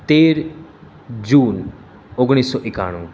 તેર જૂન ઓગણીસો એકાણું